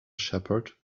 shepherd